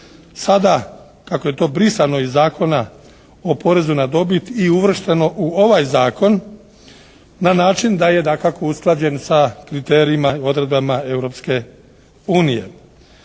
Sada kako je to brisano iz Zakona o porezu na dobit i uvršteno u ovaj zakon na način da je dakako usklađen sa kriterijima i odredbama